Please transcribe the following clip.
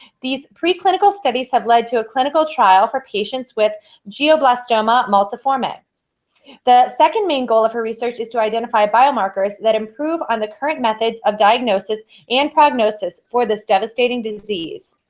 these preclinical studies have led to a clinical trial for patients with glioblastoma multiforme. the second main goal of her research is to identify biomarkers that improve on the current methods of diagnosing and prognosis for this devastating disease.